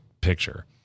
picture